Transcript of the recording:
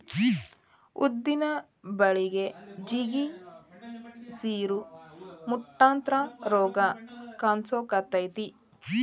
ಉದ್ದಿನ ಬಳಿಗೆ ಜಿಗಿ, ಸಿರು, ಮುಟ್ರಂತಾ ರೋಗ ಕಾನ್ಸಕೊತೈತಿ